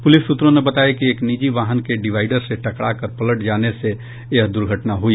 police सूत्रों ने बताया कि एक निजी वाहन के डिवाइडर से टकरा कर पलटने से यह दुर्घटना हुई